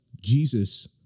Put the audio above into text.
Jesus